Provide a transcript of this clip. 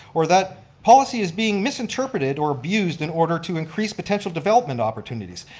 or that policy is being misinterpreted or abused in order to increase potential development opportunities.